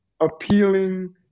appealing